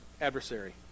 adversary